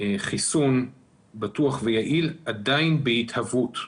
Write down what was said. חיסון בטוח ויעיל, עדיין בהתהוות.